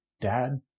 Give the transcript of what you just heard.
dad